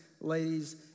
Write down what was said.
ladies